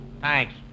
Thanks